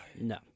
No